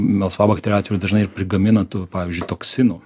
melsvabakterių atveju dažnai ir prigamina tų pavyzdžiui toksinų